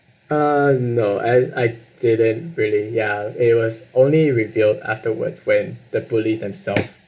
uh no I I didn't really ya it was only revealed afterwards when the police themself